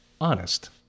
honest